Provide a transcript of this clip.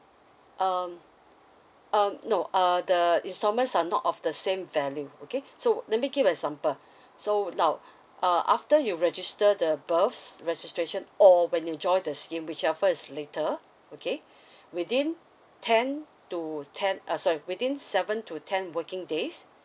um um no uh the installments are not of the same value okay so let me give example so now uh after you register the birth's registration or when you join the scheme whichever is later okay within ten to ten uh sorry within seven to ten working days